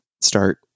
start